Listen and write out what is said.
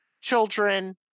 children